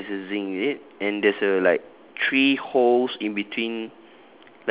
it's the same as the zinc is it and there's a like three holes in between